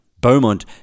Beaumont